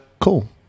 cool